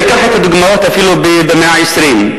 תיקח את הדוגמאות אפילו במאה ה-20,